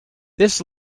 this